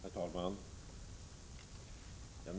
Herr talman!